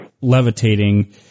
levitating